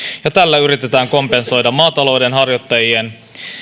ja tällä yritetään kompensoida maatalouden harjoittajien